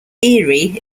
erie